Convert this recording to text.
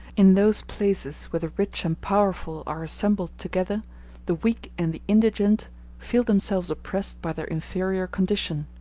in those places where the rich and powerful are assembled together the weak and the indigent feel themselves oppressed by their inferior condition.